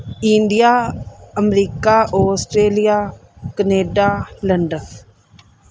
India America Australia Canada London